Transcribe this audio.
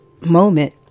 moment